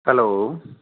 hello